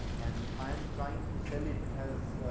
and i'm trying to sell it as,